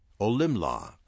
Olimla